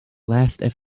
last